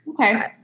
okay